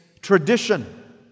tradition